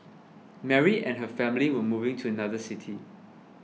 Mary and her family were moving to another city